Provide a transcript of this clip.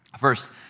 first